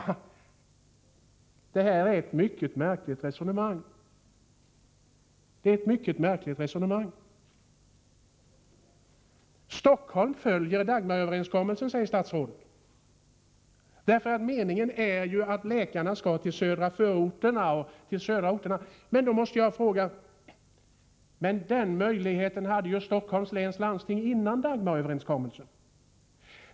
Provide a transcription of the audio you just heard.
Det här är verkligen ett mycket märkligt resonemang. Stockholm följer Dagmaröverenskommelsen, säger statsrådet, därför att meningen är att läkarna skall till södra förorterna. Men den möjligheten hade ju Stockholms läns landsting före Dagmaröverenskommelsen.